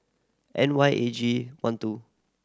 N Y eight G one two